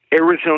Arizona